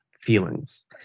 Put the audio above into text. feelings